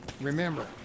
Remember